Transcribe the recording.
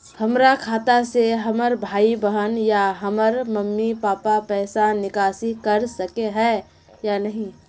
हमरा खाता से हमर भाई बहन या हमर मम्मी पापा पैसा निकासी कर सके है या नहीं?